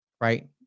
right